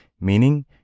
meaning